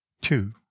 two